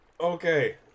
Okay